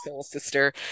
sister